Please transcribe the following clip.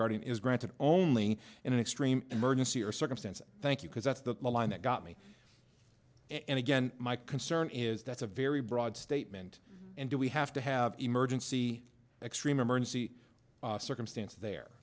guardian is granted only in an extreme emergency or circumstances thank you because that's the line that got me and again my concern is that's a very broad statement and do we have to have emergency extreme emergency circumstances the